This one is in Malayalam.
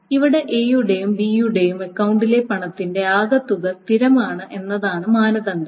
ഇവിടെ എയുടെയും ബി യുടെയും അക്കൌണ്ടിലെ പണത്തിന്റെ ആകെ തുക സ്ഥിരമാണ് എന്നതാണ് മാനദണ്ഡം